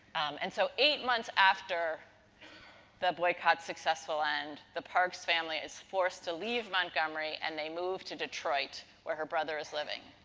and, so eight months after the boycott's successful end, the parks family is forced to leave montgomery and they move to detroit where her brother is living.